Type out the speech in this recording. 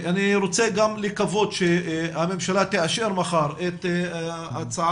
אני רוצה גם לקוות שהממשלה תאשר מחר את הצעת